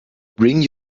bring